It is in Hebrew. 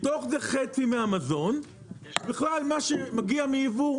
מתוך זה חצי מהמזון בכלל מה שמגיע מיבוא,